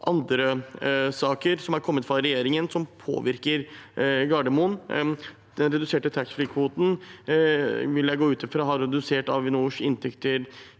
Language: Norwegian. andre saker fra regjeringen som påvirker Gardermoen. Den reduserte taxfree-kvoten vil jeg gå ut fra har redusert Avinors inntekter